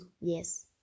Yes